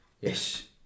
Yes